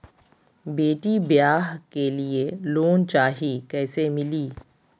बेटी ब्याह के लिए लोन चाही, कैसे मिली?